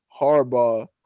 Harbaugh